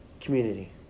community